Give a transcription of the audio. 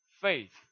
faith